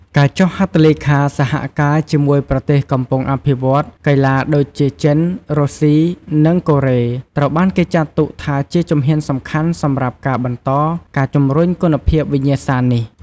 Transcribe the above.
ការចុះហត្ថលេខាសហការជាមួយប្រទេសកំពុងអភិវឌ្ឍកីឡាដូចជាចិន រុស្ស៊ី និងកូរ៉េ ត្រូវបានគេចាត់ទុកថាជាជំហានសំខាន់សម្រាប់ការបន្តការជំរុញគុណភាពវិញ្ញាសានេះ។